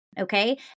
okay